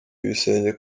ibisenge